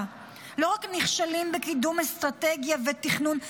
לא רק נכשלים בקידום אסטרטגיה ותכנון,